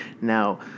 now